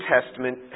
Testament